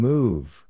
Move